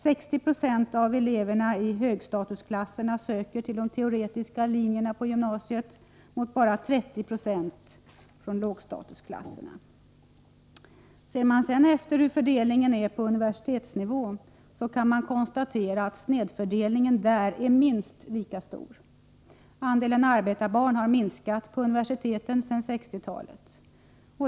60 20 av eleverna i högstatusklasserna söker till de teoretiska linjerna på gymnasiet mot bara 30 20 av eleverna från lågstatusklasserna. Ser man sedan efter hur fördelningen är på universitetsnivå, så kan man konstatera att snedfördelningen där är minst lika stor. Andelen arbetarbarn på universiteten har minskat sedan 1960-talet.